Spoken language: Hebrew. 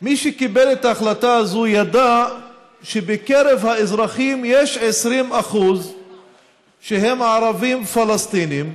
מי שקיבל את ההחלטה הזאת ידע שבקרב האזרחים יש 20% שהם ערבים פלסטינים,